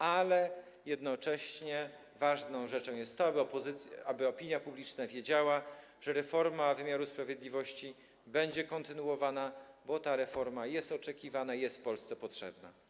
Ale jednocześnie ważną rzeczą jest to, aby opinia publiczna wiedziała, że reforma wymiaru sprawiedliwości będzie kontynuowana, bo ta reforma jest oczekiwana i jest w Polsce potrzebna.